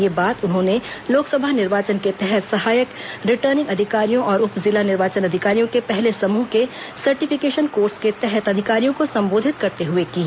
यह बात उन्होंने लोकसभा निर्वाचन के तहत सहायक रिटर्निंग अधिकारियों और उप जिला निर्वाचन अधिकारियों के पहले समूह के सर्टिफिकेशन कोर्स के तहत अधिकारियों को संबोधित करते हुए कही